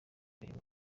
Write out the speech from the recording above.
imirimo